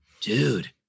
dude